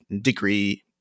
degree